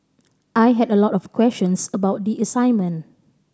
I had a lot of questions about the assignment